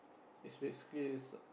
is basically is